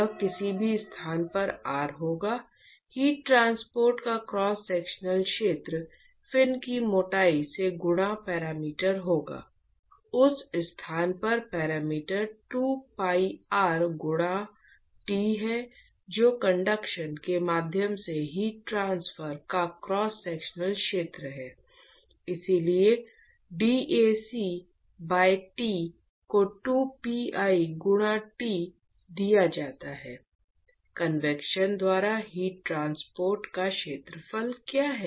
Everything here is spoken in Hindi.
यह किसी भी स्थान पर R होगा हीट ट्रांसपोर्ट का क्रॉस सेक्शनल क्षेत्र फिन की मोटाई से गुणा पैरामीटर होगा उस स्थान पर पैरामीटर 2 pi r गुणा t है जो कंडक्शन के माध्यम से हीट ट्रांसफर का क्रॉस सेक्शनल क्षेत्र है इसलिए dAc by T को 2 pi गुणा t दिया जाता है कन्वेक्शन द्वारा हीट ट्रांसपोर्ट का क्षेत्रफल क्या है